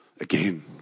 Again